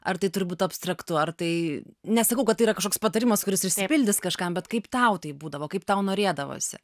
ar tai turi būt abstraktu ar tai nesakau kad tai yra kažkoks patarimas kuris išsipildys kažkam bet kaip tau tai būdavo kaip tau norėdavosi